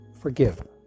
forgive